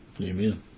Amen